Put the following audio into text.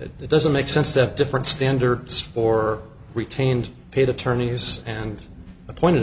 it doesn't make sense to have different standards for retained paid attorneys and appointed